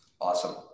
Awesome